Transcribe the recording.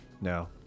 no